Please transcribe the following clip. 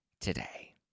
today